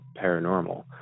paranormal